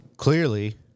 Clearly